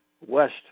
west